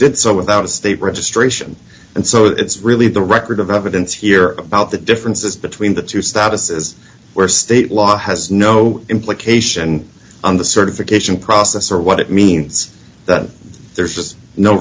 did so without a state registration and so it's really the record of evidence here about the differences between the two statuses where state law has no implication on the certification process or what it means that there's just no